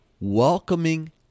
Welcoming